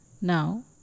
Now